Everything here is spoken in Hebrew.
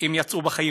הם יצאו בחיים?